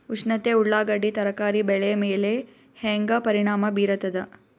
ಉಷ್ಣತೆ ಉಳ್ಳಾಗಡ್ಡಿ ತರಕಾರಿ ಬೆಳೆ ಮೇಲೆ ಹೇಂಗ ಪರಿಣಾಮ ಬೀರತದ?